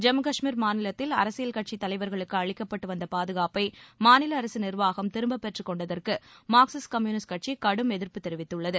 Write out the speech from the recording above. ஜம்மு கஷ்மீர் மாநிலத்தில் அரசியல் கட்சி தலைவர்களுக்கு அளிக்கப்பட்டு வந்த பாதுகாப்பை மாநில அரசு நிர்வாகம் திரும்பப் பெற்றுக் கொண்டதற்கு மார்க்சிஸ்ட் கம்யூனிஸ்ட் கட்சி கடும் எதிர்ப்பு தெரிவித்துள்ளது